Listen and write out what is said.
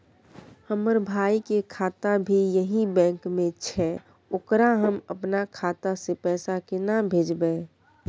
हमर भाई के खाता भी यही बैंक में छै ओकरा हम अपन खाता से पैसा केना भेजबै?